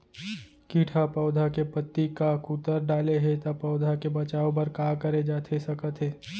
किट ह पौधा के पत्ती का कुतर डाले हे ता पौधा के बचाओ बर का करे जाथे सकत हे?